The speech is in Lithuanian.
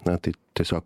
na tai tiesiog